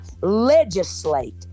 legislate